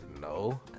no